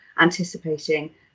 anticipating